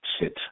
sit